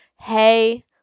hey